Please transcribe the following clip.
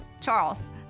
Charles